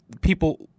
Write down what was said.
people